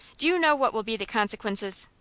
do you know what will be the consequences?